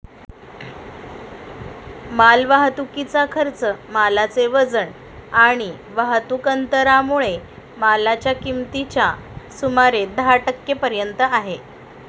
माल वाहतुकीचा खर्च मालाचे वजन आणि वाहतुक अंतरामुळे मालाच्या किमतीच्या सुमारे दहा टक्के पर्यंत आहे